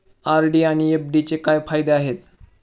RD आणि एफ.डीचे काय फायदे आहेत?